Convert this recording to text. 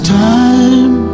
time